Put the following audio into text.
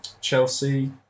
Chelsea